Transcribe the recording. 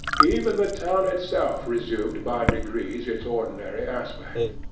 even the town itself resumed by degrees its ordinary aspect.